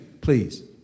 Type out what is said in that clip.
please